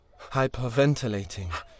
hyperventilating